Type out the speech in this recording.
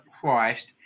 Christ